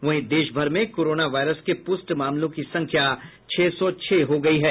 वहीं देश भर में कोरोना वायरस के पूष्ट मामलों की संख्या छह सौ छह हो गयी है